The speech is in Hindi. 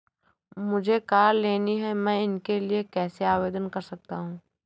मुझे कार लेनी है मैं इसके लिए कैसे आवेदन कर सकता हूँ?